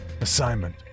Assignment